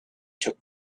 took